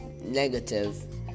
negative